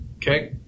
Okay